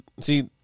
see